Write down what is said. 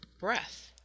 breath